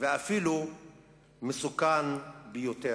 ואפילו מסוכן ביותר.